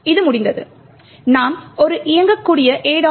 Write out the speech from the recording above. இது முடிந்ததும் நாம் ஒரு இயங்கக்கூடிய a